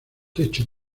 techo